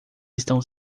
estão